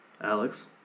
Alex